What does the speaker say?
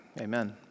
amen